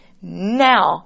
now